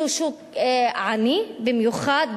שהוא שוק עני במיוחד,